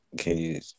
Okay